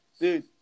Dude